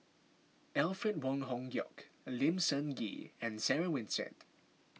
Alfred Wong Hong Kwok Lim Sun Gee and Sarah Winstedt